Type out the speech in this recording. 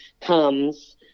comes